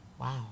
Wow